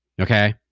Okay